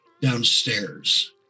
downstairs